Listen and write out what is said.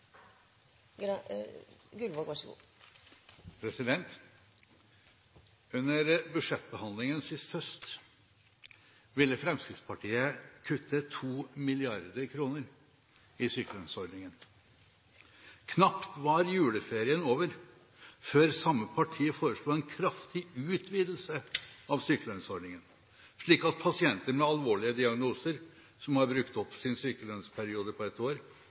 Under budsjettbehandlingen sist høst ville Fremskrittspartiet kutte 2 mrd. kr i sykelønnsordningen. Knapt var juleferien over før samme parti foreslo en kraftig utvidelse av sykelønnsordningen, slik at pasienter med alvorlige diagnoser som har brukt opp sin sykelønnsperiode på ett år,